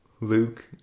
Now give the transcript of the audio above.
Luke